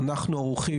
אנחנו ערוכים